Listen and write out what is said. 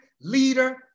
leader